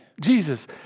Jesus